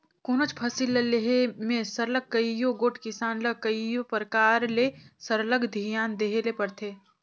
कोनोच फसिल ल लेहे में सरलग कइयो गोट किसान ल कइयो परकार ले सरलग धियान देहे ले परथे